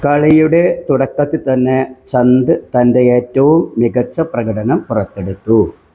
കളിയുടെ തുടക്കത്തിൽ തന്നെ ചന്ദ് തന്റെ ഏറ്റവും മികച്ച പ്രകടനം പുറത്തെടുത്തു